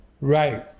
Right